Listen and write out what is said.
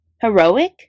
Heroic